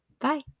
bye